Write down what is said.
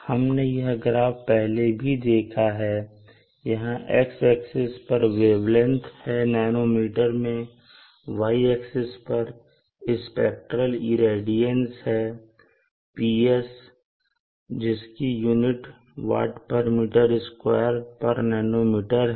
हमने यह ग्राफ पहले भी देखा है यहां X एक्सिस पर वेवलेंथ है नैनोमीटर में और Y एक्सिस पर स्पेक्ट्रल रेडियंस Ps है जिसकी यूनिट Wm2nanometer है